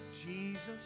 Jesus